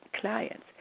clients